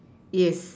yes